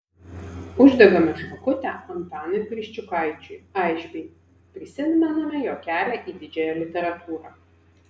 uždegame žvakutę antanui kriščiukaičiui aišbei prisimename jo kelią į didžiąją literatūrą